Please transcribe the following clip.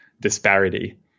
disparity